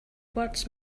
words